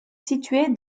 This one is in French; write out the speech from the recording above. située